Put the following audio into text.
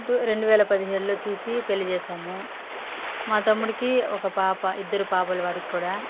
to రెండు వేల పదిహేడులో చూసి పెళ్లి చేసాము మా తమ్ముడికి ఒక పాప ఇద్దరు పాపలు వాడికి కూడా